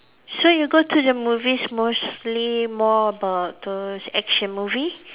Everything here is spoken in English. so you go to the movies mostly more about those action movie